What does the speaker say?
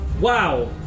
Wow